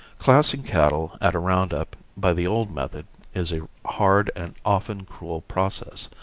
classing cattle at a round-up by the old method is a hard and often cruel process,